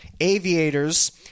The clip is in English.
aviators